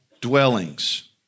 dwellings